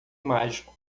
mágico